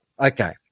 okay